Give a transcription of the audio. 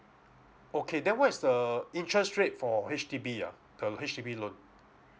okay then what is the interest rate for H_D_B ah the H_D_B loan